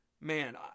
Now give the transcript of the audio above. Man